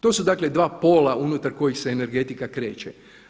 To su dakle dva pola unutar kojih se energetika kreće.